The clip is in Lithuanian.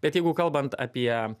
bet jeigu kalbant apie